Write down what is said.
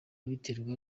biterwa